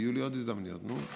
יהיו לי עוד הזדמנויות היום.